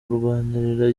kurwanirira